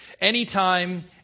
Anytime